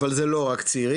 אבל זה לא רק צעירים,